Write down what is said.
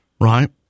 right